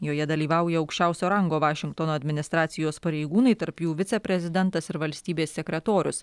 joje dalyvauja aukščiausio rango vašingtono administracijos pareigūnai tarp jų viceprezidentas ir valstybės sekretorius